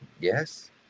Yes